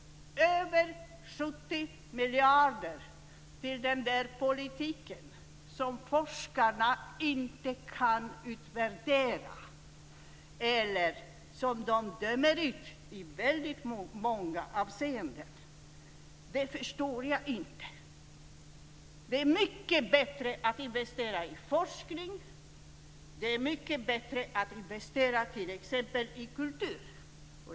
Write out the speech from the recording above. Över 70 miljarder går till den politik som forskarna inte kan utvärdera eller som de dömer ut i väldigt många avseenden. Jag förstår det inte. Det är mycket bättre att investera i forskning. Det är mycket bättre att investera i t.ex. kultur.